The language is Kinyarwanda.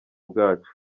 bwacu